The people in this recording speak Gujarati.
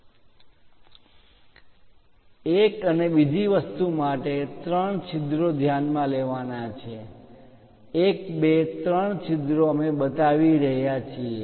અને એક બીજી વસ્તુ માટે ત્રણ છિદ્રો ધ્યાનમાં લેવાના છે 1 2 3 છિદ્રો અમે બતાવી રહ્યા છીએ